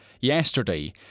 Yesterday